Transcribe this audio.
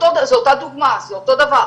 זו אותה דוגמה, זה אותו דבר.